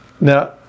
Now